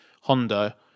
Honda